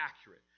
accurate